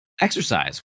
exercise